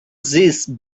these